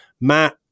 Matt